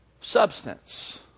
substance